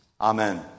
Amen